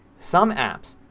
some apps,